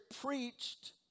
preached